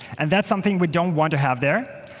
and that's something we don't want to have there.